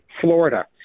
Florida